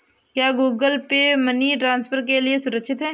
क्या Google Pay money transfer के लिए सुरक्षित है?